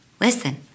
listen